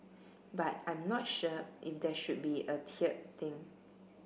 but I'm not sure if there should be a tiered thing